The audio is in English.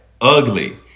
ugly